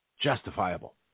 justifiable